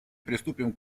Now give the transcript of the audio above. приступим